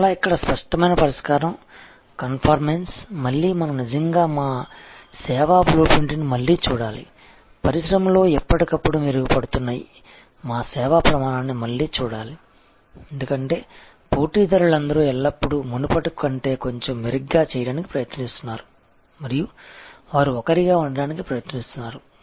మరలా ఇక్కడ స్పష్టమైన పరిష్కారం కన్ఫార్మెన్స్ మళ్లీ మనం నిజంగా మా సేవా బ్లూప్రింట్ని మళ్లీ చూడాలి పరిశ్రమలో ఎప్పటికప్పుడు మెరుగుపడుతున్న మా సేవా ప్రమాణాన్ని మళ్లీ చూడాలి ఎందుకంటే పోటీదారులందరూ ఎల్లప్పుడూ మునుపటి కంటే కొంచెం మెరుగ్గా చేయడానికి ప్రయత్నిస్తున్నారు మరియు వారు ఒకరిగా ఉండటానికి ప్రయత్నిస్తున్నారు